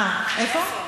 איפה?